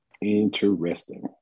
interesting